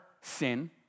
sin